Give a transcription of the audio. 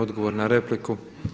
Odgovor na repliku.